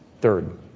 Third